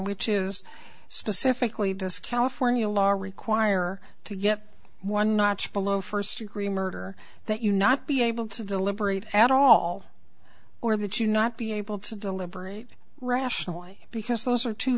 which is specifically discount for new law require to get one notch below first degree murder that you not be able to deliberate at all or that you not be able to deliberate rationally because those are two